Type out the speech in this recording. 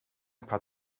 paar